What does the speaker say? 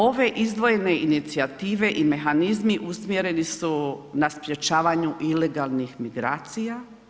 Ove izdvojene inicijative i mehanizmi usmjereni su na sprječavanju ilegalnih migracija.